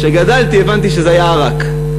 כשגדלתי הבנתי שזה היה עראק.